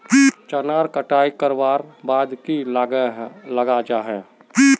चनार कटाई करवार बाद की लगा जाहा जाहा?